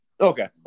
okay